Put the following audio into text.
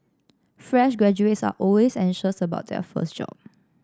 fresh graduates are always anxious about their first job